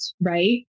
right